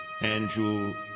Andrew